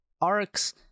arcs